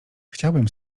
chciałbym